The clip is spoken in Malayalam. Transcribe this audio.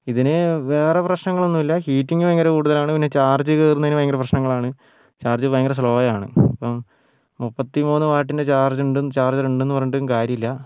ഇതിന് വേറെ പ്രശ്നങ്ങൾ ഒന്നുമില്ല ഹീറ്റിങ്ങ് ഭയങ്കര കൂടുതലാണ് പിന്നെ ചാർജ് കയറുന്നതിനു ഭയങ്കര പ്രശ്നങ്ങളാണ് ചാർജ് ഭയങ്കര സ്ലോയാണ് ഇപ്പം മുപ്പത്തിമൂന്ന് വാട്ടിൻ്റെ ചാർജുണ്ടെന്ന് ചാർജർ ഉണ്ടെന്നു പറഞ്ഞിട്ടും കാര്യമില്ല